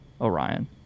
Orion